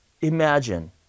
imagine